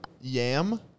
Yam